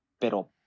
pero